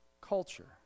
culture